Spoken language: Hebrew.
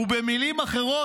ובמילים אחרות,